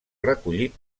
recollit